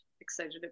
excited